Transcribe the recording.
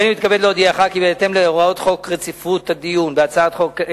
הריני מתכבד להודיעך כי בהתאם להוראות חוק רציפות הדיון בהצעות חוק,